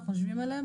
אנחנו חושבים עליהן,